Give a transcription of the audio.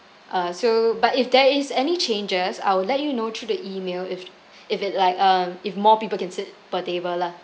ah so but if there is any changes I will let you know through the email if if it like um if more people can sit per table lah